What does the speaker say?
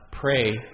pray